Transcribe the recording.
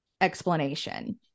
explanation